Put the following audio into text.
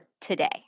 today